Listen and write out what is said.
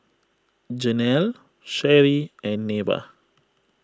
Janelle Sherry and Neva